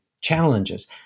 challenges